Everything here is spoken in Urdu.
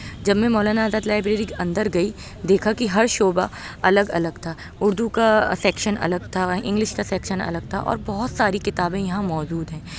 جب میں مولانا آزاد لائبریری کے اندر گئی دیکھا کہ ہر شعبہ الگ الگ تھا اردو کا سیکشن الگ تھا انگلش کا سیکشن الگ تھا اور بہت ساری کتابیں یہاں موجود ہیں